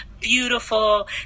beautiful